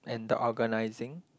and the organising